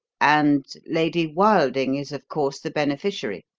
and lady wilding is, of course, the beneficiary?